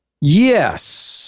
Yes